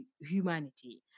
humanity